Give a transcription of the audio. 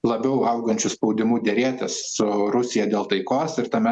labiau augančiu spaudimu derėtis su rusija dėl taikos ir tame